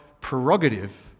prerogative